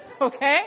okay